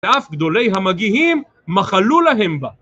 ואף גדולי המגיהים מחלו להם בה